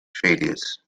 failures